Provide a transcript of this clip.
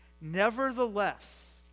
Nevertheless